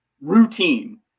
routine –